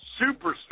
superstar